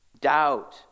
Doubt